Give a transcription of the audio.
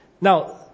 Now